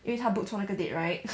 因为她 book 错那个 date right